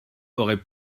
aurait